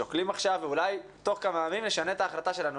שוקלים עכשיו ואולי תוך כמה ימים נשנה את ההחלטה שלנו.